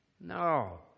No